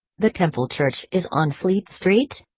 the temple church is on fleet street?